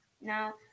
Now